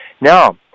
Now